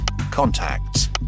contacts